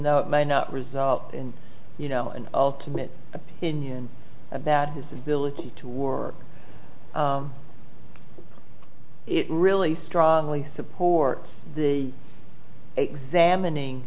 though it may not result in you know an ultimate opinion about his ability to work it really strongly supports the examining